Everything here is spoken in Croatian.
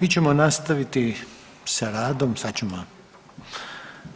Mi ćemo nastaviti sa radom, sad ćemo